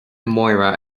máire